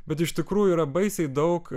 bet iš tikrųjų yra baisiai daug